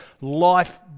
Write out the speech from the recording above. life